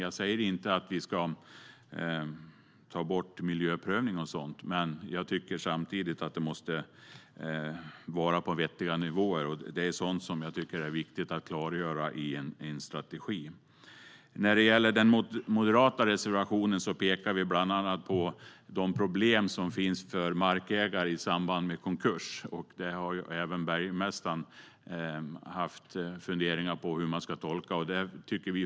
Jag säger inte att vi ska ta bort miljöprövning och sådant, men jag tycker samtidigt att det måste vara på vettiga nivåer. Det är sådant som jag tycker är viktigt att klargöra i en strategi. När det gäller den moderata reservationen pekar vi bland annat på de problem som finns för markägare i samband med konkurs. Även bergmästaren har haft funderingar på hur man ska tolka det.